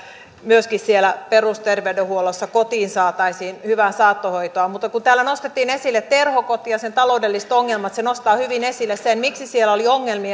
myöskin siellä perusterveydenhuollossa kotiin saataisiin hyvää saattohoitoa mutta kun täällä nostettiin esille terhokoti ja sen taloudelliset ongelmat se nostaa hyvin esille sen miksi siellä oli